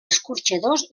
escorxadors